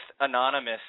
Anonymous